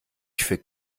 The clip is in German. für